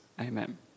Amen